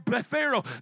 Pharaoh